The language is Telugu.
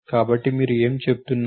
కాబట్టి మీరు ఏమి చెప్తున్నారు